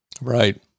Right